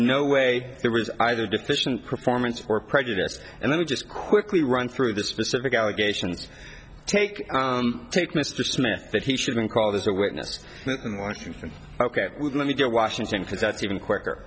no way there was either deficient performance or prejudiced and let me just quickly run through the specific allegations take take mr smith that he shouldn't call this a witness in washington ok let me go to washington because that's even quicker